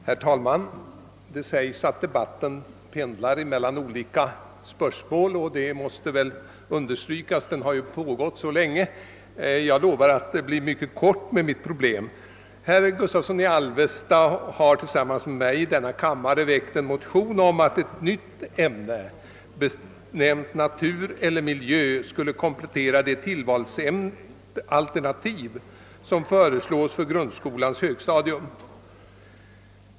Herr talman! Det sägs att debatten pendlar mellan olika spörsmål, och det är ju riktigt. Den har ju pågått så länge. Jag lovar att tala mycket kortfattat om mitt problem. Herr Gustavsson i Alvesta har tillsammans med mig i denna kammare väckt en motion om att ett nytt ämne, benämnt natur eller miljö, skulle komplettera de tillvalsalternativ som föreslås för grundskolans högstadium.